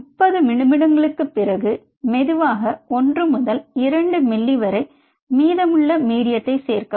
30 நிமிடங்களுக்குப் பிறகு மெதுவாக ஒன்று முதல் 2 மில்லி வரை மீதமுள்ள மீடியத்தைச் சேர்க்கவும்